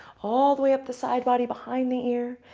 all the way up the side body, behind the ear,